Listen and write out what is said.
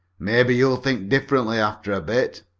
maybe you'll think differently after a bit,